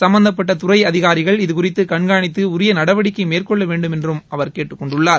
சும்பந்தப்பட்ட துறை அதிகாரிகள் இதுகுறித்து கண்காணித்து உரிய நடவடிக்கை மேற்கொள்ள வேண்டும் என்றும் அவர் கேட்டுக் கொண்டுள்ளார்